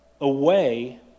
away